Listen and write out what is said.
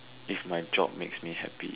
if my job makes me happy